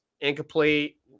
incomplete